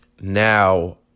now